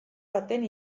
baten